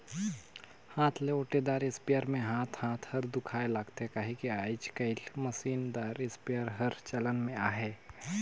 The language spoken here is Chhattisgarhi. हाथ ले ओटे दार इस्पेयर मे हाथ हाथ हर दुखाए लगथे कहिके आएज काएल मसीन दार इस्पेयर हर चलन मे अहे